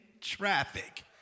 traffic